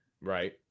Right